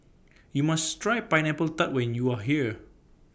YOU must Try Pineapple Tart when YOU Are here